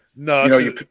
No